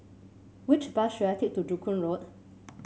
which bus should I take to Joo Koon Road